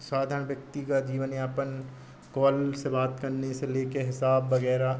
साधारण व्यक्ति का जीवन यापन कॉल से बात करने से लेकर हिसाब वग़ैरह